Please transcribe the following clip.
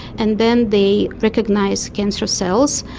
and then they recognise cancerous cells.